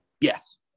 Yes